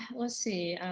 let's see.